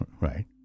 Right